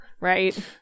right